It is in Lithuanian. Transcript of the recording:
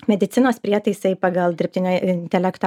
medicinos prietaisai pagal dirbtinio intelekto